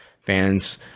fans